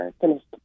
finished